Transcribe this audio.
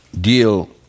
deal